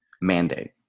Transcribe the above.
mandate